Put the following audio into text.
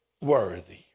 worthy